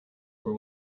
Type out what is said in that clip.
were